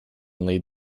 lead